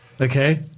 Okay